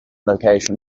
location